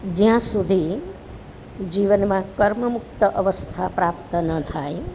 જ્યાં સુધી જીવનમાં કર્મમુક્ત અવસ્થા પ્રાપ્ત ન થાય